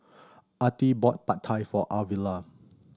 Artie bought Pad Thai for Arvilla